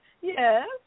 Yes